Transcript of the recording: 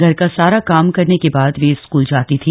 घर का सारा कार्य करने के बाद वे स्कूल जाती थी